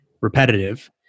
repetitive